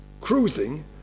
Cruising